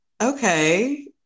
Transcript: Okay